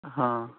हाँ